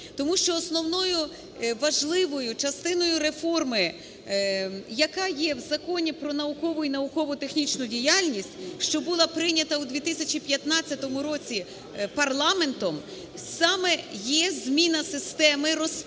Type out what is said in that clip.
тому що основною важливою частиною реформи, яка є в Законі "Про наукову і науково-технічну діяльність", що була прийнята у 2015 році парламентом, саме є зміна системи розподілу